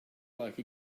like